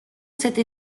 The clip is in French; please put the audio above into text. cette